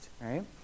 right